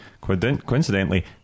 Coincidentally